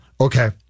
Okay